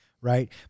right